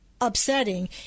upsetting